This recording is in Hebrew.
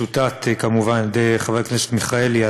צוטט כמובן על-ידי חבר הכנסת מיכאלי,